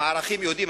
עם ערכים יהודיים,